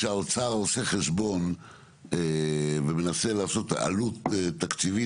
כשהאוצר עושה חשבון ומנסה לעשות עלות תקציבית,